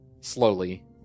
slowly